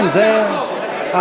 כן, זה, מה זה החוק?